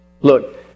Look